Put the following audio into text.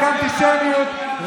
רק אנטישמיות.